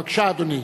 בבקשה, אדוני.